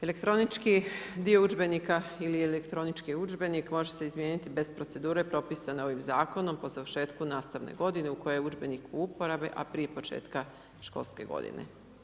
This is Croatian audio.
Elektronički dio udžbenika ili elektronički udžbenik može se izmijeniti bez procedure propisane ovim zakonom po završetku nastavne godine u kojoj je udžbenik u uporabi a prije početka školske godine.